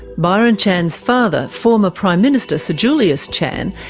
byron chan's father, former prime minister sir julius chan,